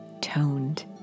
toned